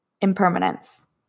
impermanence